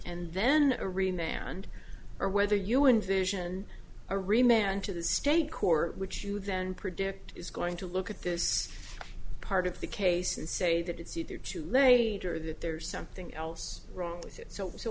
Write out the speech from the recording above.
and or whether you envision a remain to the state court which you then predict is going to look at this part of the case and say that it's either to later that there's something else wrong with it so so